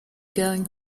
going